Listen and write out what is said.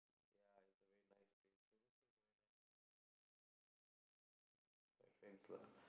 ya it's a very nice place sentosa is a very nice place I been to the beach and everything with my friends lah